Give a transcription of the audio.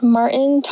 Martin